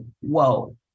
whoa